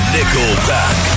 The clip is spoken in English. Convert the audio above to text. Nickelback